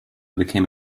became